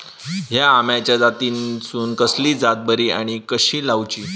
हया आम्याच्या जातीनिसून कसली जात बरी आनी कशी लाऊची?